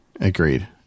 Agreed